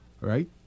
Right